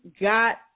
got